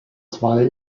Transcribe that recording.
zwei